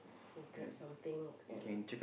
go grab something and